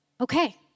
Okay